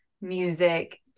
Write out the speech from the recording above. music